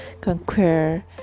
conquer